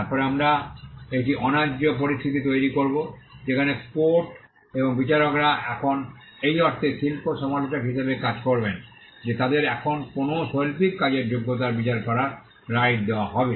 তারপরে আমরা একটি অন্যায্য পরিস্থিতি তৈরি করব যেখানে কোট এবং বিচারকরা এখন এই অর্থে শিল্প সমালোচক হিসাবে কাজ করবেন যে তাদের এখন কোনও শৈল্পিক কাজের যোগ্যতার বিচার করার রাইট দেওয়া হবে